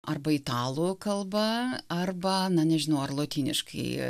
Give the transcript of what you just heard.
arba italų kalba arba na nežinau ar lotyniškai